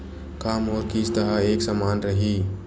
का मोर किस्त ह एक समान रही?